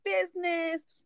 business